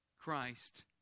Christ